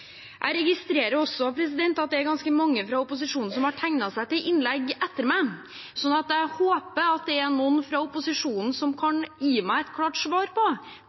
Jeg registrerer også at det er ganske mange fra opposisjonen som har tegnet seg til innlegg etter meg, så jeg håper det er noen fra opposisjonen som kan gi meg et klart svar på